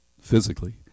physically